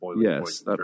Yes